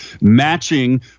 matching